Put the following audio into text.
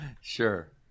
Sure